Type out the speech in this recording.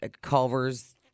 Culver's